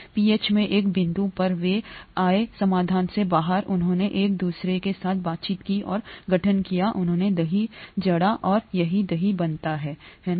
pH में एक बिंदु पर वे आए समाधान से बाहर उन्होंने एक दूसरे के साथ बातचीत की और गठन किया उन्होंने दही जड़ा और यही दही बनता है है ना